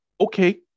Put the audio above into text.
okay